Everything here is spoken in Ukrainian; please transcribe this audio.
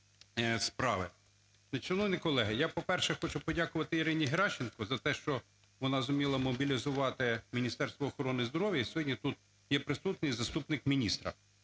Дякую